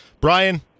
Brian